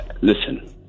Listen